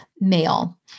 male